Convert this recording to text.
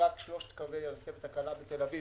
קווי הרכבת הקלה בתל-אביב